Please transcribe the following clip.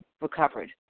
recovered